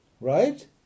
Right